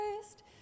Christ